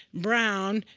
brown,